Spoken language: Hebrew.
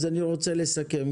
אני רוצה לסכם.